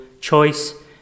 choice